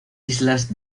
islas